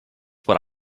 what